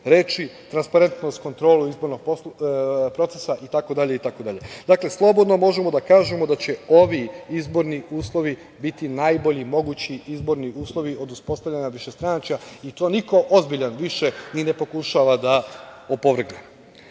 reči, transparentnost kontrole izbornog procesa itd. itd. Dakle, slobodno možemo da kažemo da će ovi izborni uslovi biti najbolji mogući izborni uslovi od uspostavljanja višestranačja i to niko ozbiljan više ni ne pokušava da opovrgne. Govorio